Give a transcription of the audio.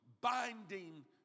binding